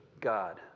God